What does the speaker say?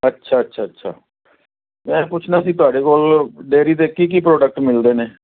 ਅੱਛਾ ਅੱਛਾ ਅੱਛਾ ਮੈਂ ਪੁੱਛਣਾ ਸੀ ਤੁਹਾਡੇ ਕੋਲ ਡੇਰੀ ਦੇ ਕੀ ਕੀ ਪ੍ਰੋਡਕਟ ਮਿਲਦੇ ਨੇ